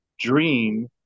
dream